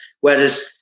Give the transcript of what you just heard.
Whereas